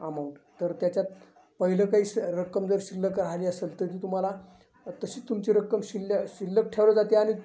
amount तर त्याच्यात पहिलं काही स रक्कम जर शिल्लक राहिली असेल तर ती तुम्हाला तशीच तुमची रक्कम शिल्ल शिल्लक ठेवली जाते आणि